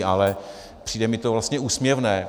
Ale přijde mi to vlastně úsměvné.